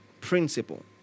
Principle